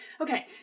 okay